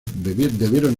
debieron